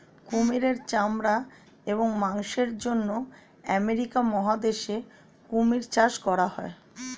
কুমিরের চামড়া এবং মাংসের জন্য আমেরিকা মহাদেশে কুমির চাষ করা হয়